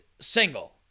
Single